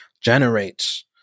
generates